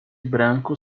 branco